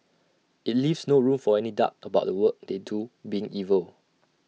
IT leaves no room for any doubt about the work they do being evil